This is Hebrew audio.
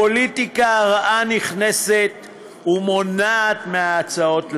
הפוליטיקה הרעה נכנסת ומונעת מההצעות לעבור.